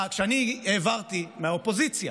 מה, כשאני העברתי מהאופוזיציה